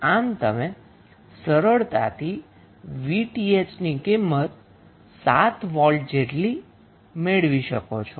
આમ તમે સરળતાથી 𝑉𝑡ℎ ની કિંમત 7 વોલ્ટ જેટલી લઈ શકો છો